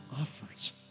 offers